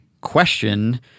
question